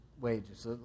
wages